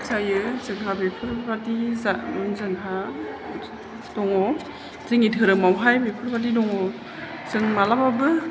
जायो जोंहा बेफोरबादि जा जोंहा दङ जोंनि धोरोमावहाय बेफोर बादि दङ जों मालाबाबो